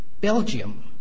Belgium